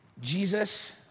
Jesus